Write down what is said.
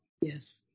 Yes